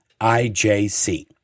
IJC